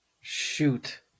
Shoot